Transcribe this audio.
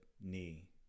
knee